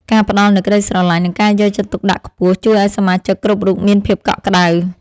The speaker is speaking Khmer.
ការផ្តល់នូវក្តីស្រឡាញ់ និងការយកចិត្តទុកដាក់ខ្ពស់ជួយឱ្យសមាជិកគ្រប់រូបមានភាពកក់ក្តៅ។